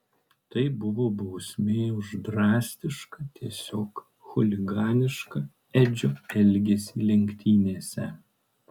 tai buvo bausmė už drastišką tiesiog chuliganišką edžio elgesį lenktynėse